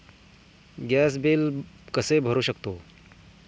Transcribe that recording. Gas bill कसे भरू शकतो?